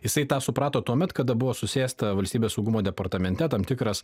jisai tą suprato tuomet kada buvo susėsta valstybės saugumo departamente tam tikras